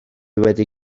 wedi